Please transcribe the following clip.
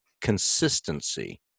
consistency